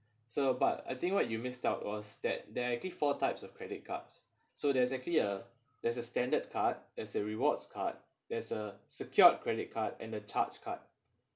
so but I think what you missed out was that there I think four types of credit cards so there's actually a there's a standard card there's a rewards card there's a secured credit card and a charge card